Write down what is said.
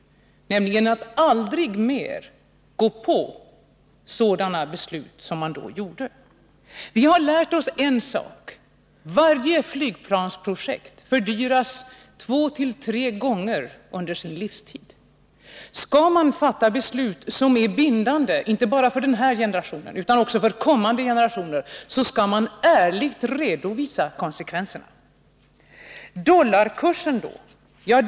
En sak som vi lärde oss var att aldrig mer gå på sådana beslut som vi då fattade. Vi lärde oss också att varje flygplansprojekt fördyras två, tre gånger under sin livstid. Skall man fatta beslut som är bindande, inte bara för denna generation utan även för kommande generationer, skall man ärligt redovisa konsekvenserna. Dollarkursen då?